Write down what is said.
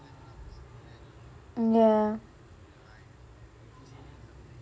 mm ya